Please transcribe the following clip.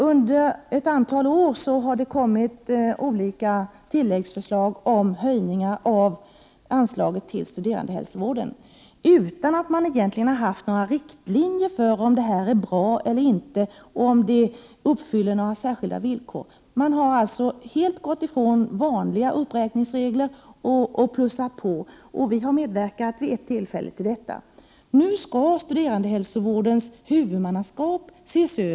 Under ett antal år har det kommit olika tilläggsförslag när det gäller höjningar av anslaget till studerandehälsovården, trots att det egentligen inte har funnits några riktlinjer. Man har nämligen inte vetat om det här är bra eller inte eller om några särskilda villkor härmed uppfylles. Man har alltså helt gått ifrån de vanliga uppräkningsreglerna och plussat på. Vid ett tillfälle har vi medverkat till detta. Nu skall frågan om studerandehälsovårdens huvudmannaskap ses över.